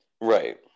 Right